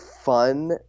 fun